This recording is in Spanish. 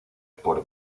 por